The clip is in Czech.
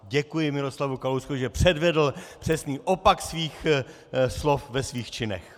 Děkuji Miroslavu Kalouskovi, že předvedl přesný opak svých slov ve svých činech.